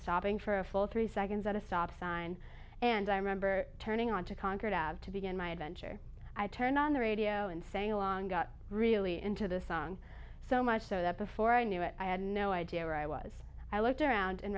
stopping for a full three seconds at a stop sign and i remember turning on to concord have to begin my adventure i turn on the radio and sang along got really into the song so much so that before i knew it i had no idea where i was i looked around and